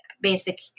basic